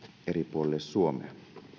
eri puolille suomea